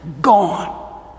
gone